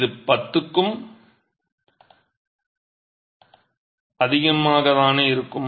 இது 10 க்கும் அதிகமாக தானே இருக்கும்